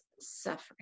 suffering